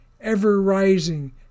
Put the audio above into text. ever-rising